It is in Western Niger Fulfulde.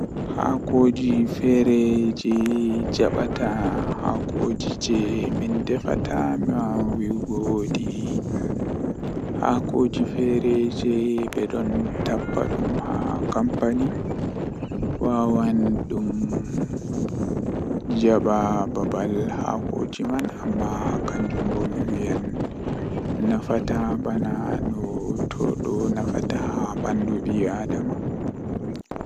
Eh huutu jei mi buri yiduki kanjum woni eh julde sumai ko wadi bo himbe habdi be weelo haa nder sumai nyende mai be wiyan koomoi siwti yaha nyama ko yidi kanjum do don wela mi masin.